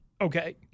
Okay